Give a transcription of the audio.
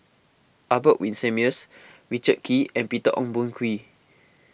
Albert Winsemius Richard Kee and Peter Ong Boon Kwee